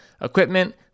equipment